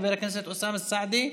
חבר הכנסת אוסאמה סעדי,